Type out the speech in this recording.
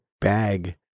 bag